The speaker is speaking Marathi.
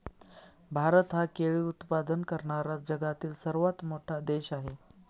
भारत हा केळी उत्पादन करणारा जगातील सर्वात मोठा देश आहे